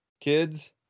kids